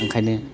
ओंखायनो